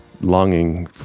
longing